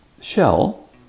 shell